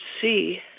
see